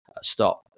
stop